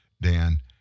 dan